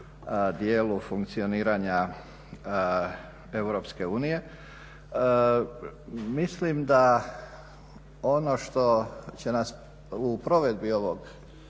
dijelu funkcioniranja EU. Mislim da ono što će nas u provedbi ovog